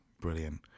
brilliant